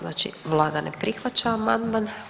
Znači vlada ne prihvaća amandman.